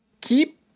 keep